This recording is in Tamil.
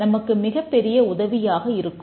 இதுவே நமக்கு மிகப் பெரிய உதவியாக இருக்கும்